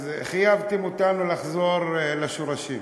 אז חייבתם אותנו לחזור לשורשים.